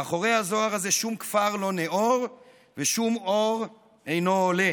מאחורי הזוהר הזה שום כפר לא נעור ושום אור אינו עולה.